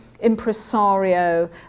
impresario